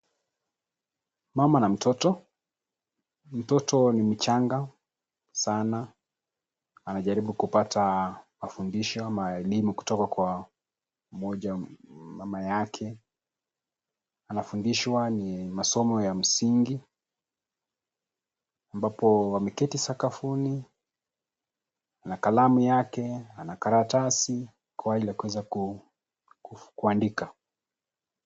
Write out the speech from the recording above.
Mama na mtoto, mtoto ni mchanga sana. Anajaribu kupata mafundisho ya elimu kutoka kwa mmoja, mama yake. Anafundishwa ni masomo ya msingi ambapo ameketi sakafuni na kalamu yake , ana karatasi kwa hali ya kuweza kuandika.